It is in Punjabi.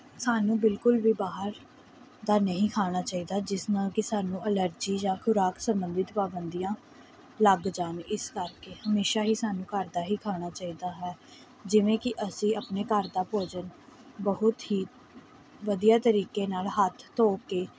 ਸਾਨੂੰ ਬਿਲਕੁਲ ਵੀ ਬਾਹਰ ਦਾ ਨਹੀਂ ਖਾਣਾ ਚਾਹੀਦਾ ਜਿਸ ਨਾਲ ਕਿ ਸਾਨੂੰ ਐਲਰਜੀ ਜਾਂ ਖੁਰਾਕ ਸੰਬੰਧਿਤ ਪਾਬੰਦੀਆਂ ਲੱਗ ਜਾਣ ਇਸ ਕਰਕੇ ਹਮੇਸ਼ਾ ਹੀ ਸਾਨੂੰ ਘਰ ਦਾ ਹੀ ਖਾਣਾ ਚਾਹੀਦਾ ਹੈ ਜਿਵੇਂ ਕਿ ਅਸੀਂ ਆਪਣੇ ਘਰ ਦਾ ਭੋਜਨ ਬਹੁਤ ਹੀ ਵਧੀਆ ਤਰੀਕੇ ਨਾਲ ਹੱਥ ਧੋ ਕੇ